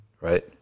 right